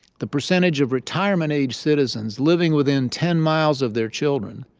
the percentage of retirement-age citizens living within ten miles of their children,